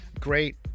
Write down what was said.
great